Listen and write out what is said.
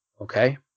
Okay